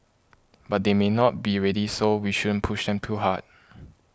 but they may not be ready so we shouldn't push them too hard